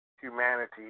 humanity